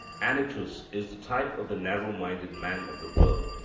anytus is the type of the narrow-minded man of the world,